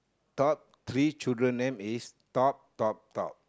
taught three children name is talk talk talk